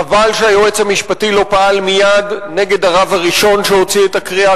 חבל שהיועץ המשפטי לא פעל מייד נגד הרב הראשון שהוציא את הקריאה,